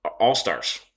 all-stars